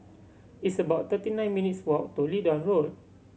it's about thirty nine minutes' walk to Leedon Road